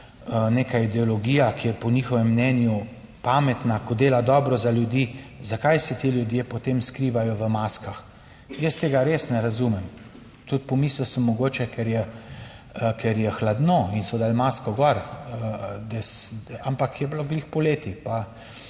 neka ideologija, ki je po njihovem mnenju pametna, ko dela dobro za ljudi, zakaj se ti ljudje, potem skrivajo v maskah? Jaz tega res ne razumem. Tudi pomislil sem, mogoče, ker je hladno in so dali masko gor, ampak je bila glih poleti